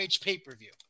pay-per-view